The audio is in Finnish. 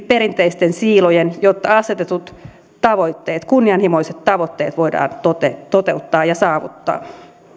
perinteisten siilojen jotta asetetut tavoitteet kunnianhimoiset tavoitteet voidaan toteuttaa ja saavuttaa